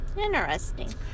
Interesting